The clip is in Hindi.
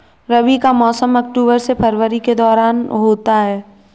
रबी का मौसम अक्टूबर से फरवरी के दौरान होता है